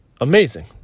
amazing